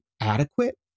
adequate